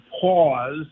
pause